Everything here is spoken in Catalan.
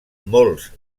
molts